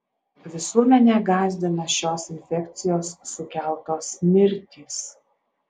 visuomenę gąsdina šios infekcijos sukeltos mirtys